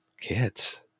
kids